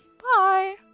Bye